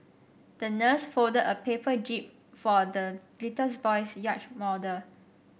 the nurse folded a paper jib for the little boy's yacht model